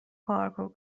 پارکور